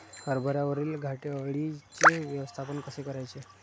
हरभऱ्यावरील घाटे अळीचे व्यवस्थापन कसे करायचे?